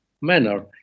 manner